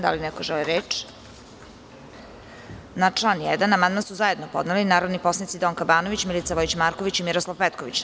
Da li neko želi reč? (Ne) Na član 1. amandman su zajedno podneli narodni poslanici Donka Banović, Milica Vojić Marković i Miroslav Petković.